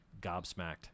gobsmacked